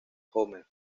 homer